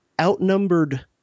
outnumbered